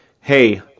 Hey